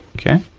okay,